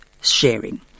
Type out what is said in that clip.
sharing